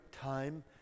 time